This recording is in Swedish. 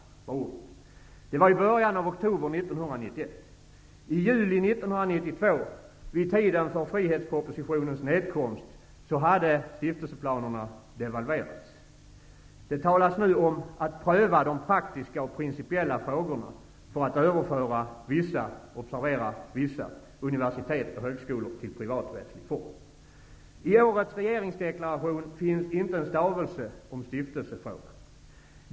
Det var i början av oktober 1991. I juli 1992, vid tiden för frihetspropositionens nedkomst, hade stiftelseplanerna devalverats. Det talas nu om att ''pröva de praktiska ocn principiella frågorna för att överföra vissa'' -- observera vissa -- I årets regeringsdeklaration finns inte en stavelse om stiftelsefrågan.